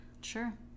sure